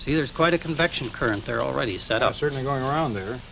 see there's quite a convection current there already set up certainly going around there